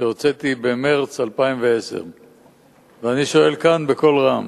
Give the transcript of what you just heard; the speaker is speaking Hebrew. שהוצאתי במרס 2010. אני שואל כאן בקול רם: